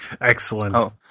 Excellent